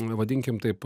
vadinkim taip